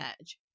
edge